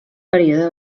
període